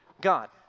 God